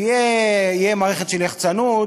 תהיה מערכת של יחצנות,